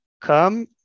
come